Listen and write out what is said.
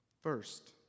first